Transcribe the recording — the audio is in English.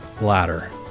ladder